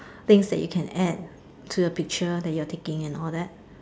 things that you can add to the picture and all that